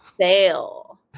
sale